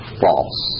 false